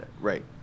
Right